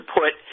put